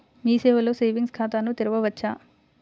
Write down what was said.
మీ సేవలో సేవింగ్స్ ఖాతాను తెరవవచ్చా?